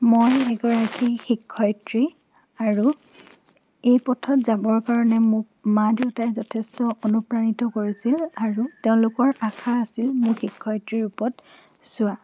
মই এগৰাকী শিক্ষয়িত্ৰী আৰু এই পথত যাবৰ কাৰণে মোক মা দেউতাই যথেষ্ট অনুপ্ৰাণিত কৰিছিল আৰু তেওঁলোকৰ আশা আছিল মোক শিক্ষয়িত্ৰী ৰূপত চোৱা